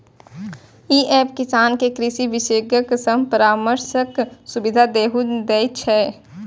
ई app किसान कें कृषि विशेषज्ञ सं परामर्शक सुविधा सेहो दै छै